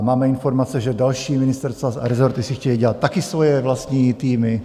Máme informace, že další ministerstva a rezorty si chtějí dělat také svoje vlastní týmy.